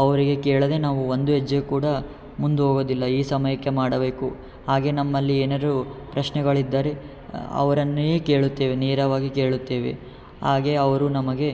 ಅವರಿಗೆ ಕೇಳದೆ ನಾವು ಒಂದು ಹೆಜ್ಜೆ ಕೂಡ ಮುಂದು ಹೋಗೋದಿಲ್ಲ ಈ ಸಮಯಕ್ಕೆ ಮಾಡಬೇಕು ಹಾಗೆ ನಮ್ಮಲ್ಲಿ ಏನರು ಪ್ರಶ್ನೆಗಳಿದ್ದರೆ ಅವರನ್ನೇ ಕೇಳುತ್ತೇವೆ ನೇರವಾಗಿ ಕೇಳುತ್ತೇವೆ ಹಾಗೆ ಅವರು ನಮಗೆ